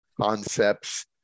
concepts